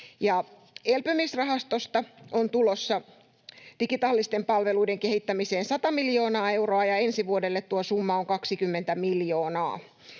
Elpymisrahastosta on tulossa digitaalisten palveluiden kehittämiseen 100 miljoonaa euroa, ja ensi vuodelle tuo summa on 20 miljoonaa.